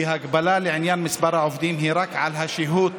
כי ההגבלה לעניין מספר העובדים היא רק על השהות